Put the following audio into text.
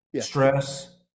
stress